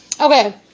Okay